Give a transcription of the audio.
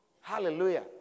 Hallelujah